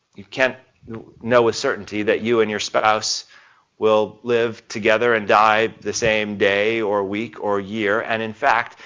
you can't know a certainty that you and your spouse will live together and die the same day or week or year and in fact,